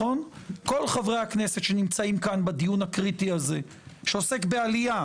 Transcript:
כל חברי הכנסת שנמצאים בדיון הקריטי הזה שעוסק בעלייה,